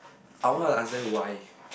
I want to ask them why